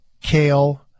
kale